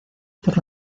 por